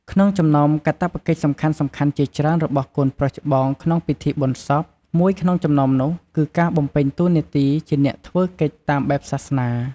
ក្នុងចំណោមការកាតព្វកិច្ចសំខាន់ៗជាច្រើនរបស់កូនប្រុសច្បងក្នុងពិធីបុណ្យសព មួយក្នុងចំណោមនោះគឺការបំពេញតួនាទីជាអ្នកធ្វើកិច្ចតាមបែបសាសនា។